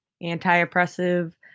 anti-oppressive